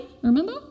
remember